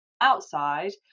outside